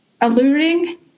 alluring